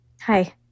Hi